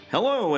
Hello